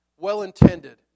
well-intended